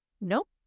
nope